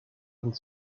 und